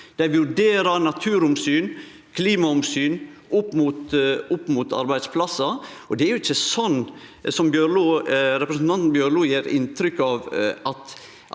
Dei vurderer naturomsyn og klimaomsyn opp mot arbeidsplassar. Det er jo ikkje sånn som representanten Bjørlo gjev inntrykk av, at